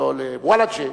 לא לוולג'ה.